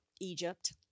Egypt